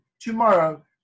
Tomorrow